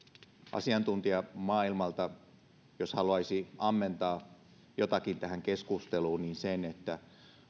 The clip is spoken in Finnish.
asiantuntija maailmalta haluaisi ammentaa jotakin tähän keskusteluun niin sen että